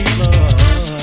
love